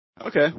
Okay